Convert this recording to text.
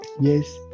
Yes